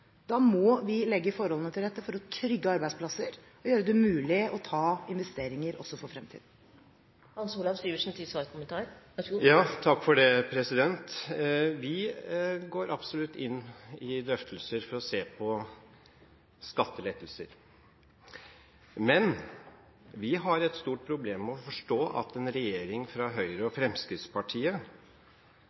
Da må vi legge forholdene til rette for å trygge arbeidsplasser og gjøre det mulig å foreta investeringer også for fremtiden. Vi går absolutt inn i drøftelser for å se på skattelettelser. Men vi har store problemer med å forstå at en regjering fra Høyre og Fremskrittspartiet